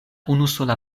unusola